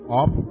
up